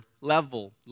level